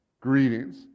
Greetings